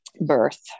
birth